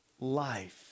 life